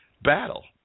battle